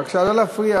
בבקשה לא להפריע.